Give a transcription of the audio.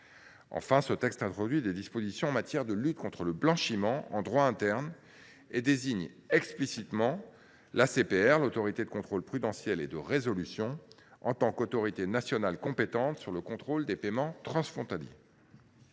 Ce texte introduit enfin des dispositions en matière de lutte contre le blanchiment en droit interne et désigne explicitement l’Autorité de contrôle prudentiel et de résolution (ACPR) en tant qu’autorité nationale compétente sur le contrôle des paiements transfrontaliers.